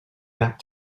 back